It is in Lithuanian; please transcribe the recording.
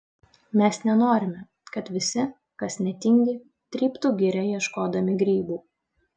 mes nenorime kad visi kas netingi tryptų girią ieškodami grybų